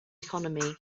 economy